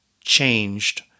changed